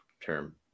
term